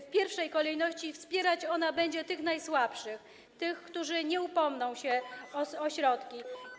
W pierwszej kolejności wspierać ona będzie tych najsłabszych, tych, którzy nie upomną się o środki.